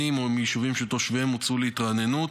מפונים או מיישובים שתושביהם הוצאו להתרעננות,